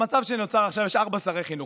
במצב שנוצר עכשיו יש ארבעה שרי חינוך,